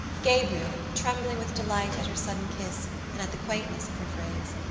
gabriel, trembling with delight at her sudden kiss and at the quaintness of her phrase,